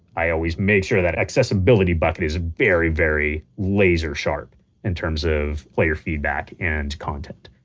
i always make sure that accessibility bucket is very, very laser sharp in terms of player feedback and content